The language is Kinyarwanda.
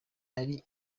ari